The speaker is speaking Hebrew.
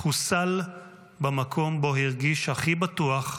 חוסל במקום שבו הרגיש הכי בטוח,